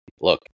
look